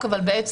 אבל את